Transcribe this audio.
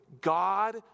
God